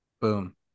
Boom